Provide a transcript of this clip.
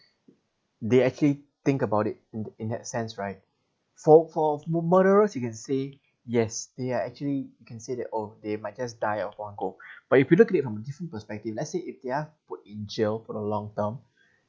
they actually think about it in tha~ in that sense right for for mur~ murderers you can say yes they are actually can say that oh they might just die at one go but if you look at it from a different perspective let's say if they are put in jail for the long term